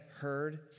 heard